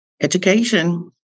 education